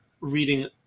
reading